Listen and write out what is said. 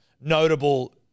notable